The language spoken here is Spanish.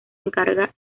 encarga